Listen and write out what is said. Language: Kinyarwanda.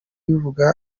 ivuga